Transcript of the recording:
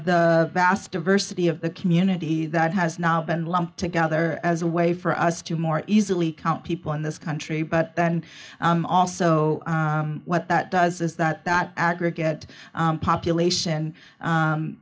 the vast diversity of the community that has now been lumped together as a way for us to more easily count people in this country but then also what that does is that aggregate population